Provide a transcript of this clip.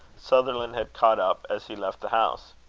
sutherland had caught up as he left the house.